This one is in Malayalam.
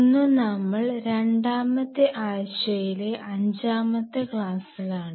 ഇന്നു നമ്മൾ രണ്ടാമത്തെ ആഴ്ചയിലെ അഞ്ചാമത്തെ ക്ലാസിലാണ്